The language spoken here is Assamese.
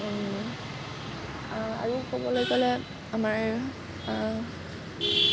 আৰু ক'বলৈ গ'লে আমাৰ